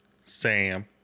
Sam